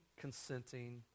consenting